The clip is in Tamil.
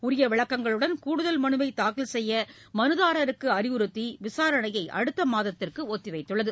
உரிய விளக்கங்களுடன் கூடுதல் மனுவை தாக்கல் செய்ய மனுதாரருக்கு அறிவுறுத்தி விசாரணையை அடுத்த மாதத்திற்கு ஒத்தி வைத்துள்ளது